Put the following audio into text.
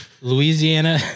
Louisiana